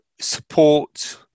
support